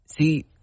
See